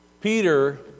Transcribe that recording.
Peter